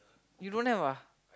you don't have ah